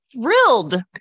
thrilled